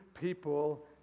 people